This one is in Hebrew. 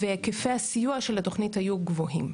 והיקפי הסיוע של התוכנית היו גבוהים.